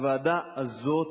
הוועדה הזאת